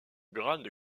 grande